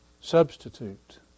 substitute